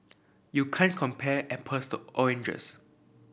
you can't compare apples to oranges